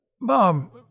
Mom